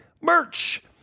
Merch